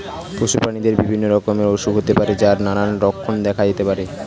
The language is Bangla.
পশু প্রাণীদের বিভিন্ন রকমের অসুখ হতে পারে যার নানান লক্ষণ দেখা যেতে পারে